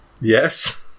yes